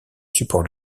support